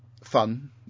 fun